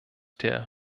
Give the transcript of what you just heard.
der